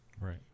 right